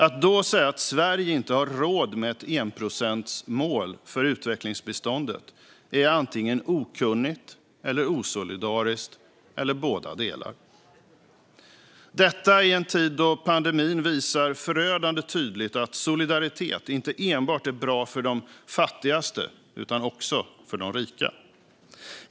Att då säga att Sverige inte har råd med ett enprocentsmål för utvecklingsbiståndet är antingen okunnigt eller osolidariskt eller båda delarna, detta i en tid då pandemin visar förödande tydligt att solidaritet inte enbart är bra för de fattigaste utan också för de rikaste.